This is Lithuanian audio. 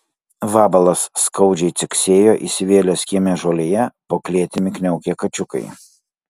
vabalas skaudžiai ciksėjo įsivėlęs kieme žolėje po klėtimi kniaukė kačiukai